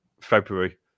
February